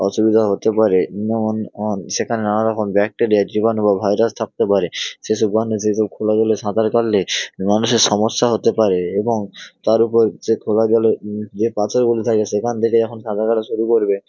অসুবিধা হতে পারে যেমন সেখানে নানা রকম ব্যাকটেরিয়া জীবাণু বা ভাইরাস থাকতে পারে সেই সব কারণে সেই সব খোলা জলে সাঁতার কাটলে মানুষের সমস্যা হতে পারে এবং তার উপর যে খোলা জলে যে পাথরগুলি থাকে সেখান থেকে যখন সাঁতার কাটা শুরু করবে